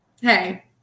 Hey